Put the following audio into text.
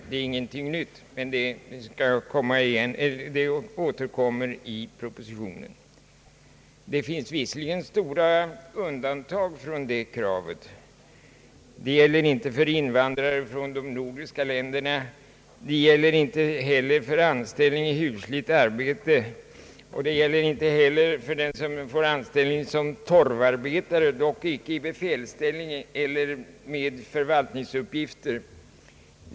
Det är alltså ingenting nytt, men det återkommer i propositionen. Det finns visserligen stora undantag från det kravet. Sålunda gäller det inte för invandrare från de nordis ka länderna och inte för anställning i husligt arbete. Det gäller inte heller för den person som får anställning som torvarbetare, dock icke i befälsställning eller med förvaltningsuppgifter.